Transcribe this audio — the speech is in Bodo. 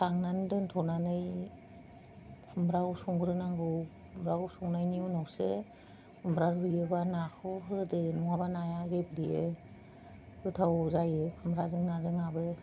खांनानै दोनथ'नानै खुमब्राखौ संग्रोनांगौ खुमब्राखौ संनायनि उनावसो खुमब्रा रुइयोबा नाखौ होदो नङाबा नाया गेब्लेयो गोथाव जायो खुमब्राजों नाजोंआबो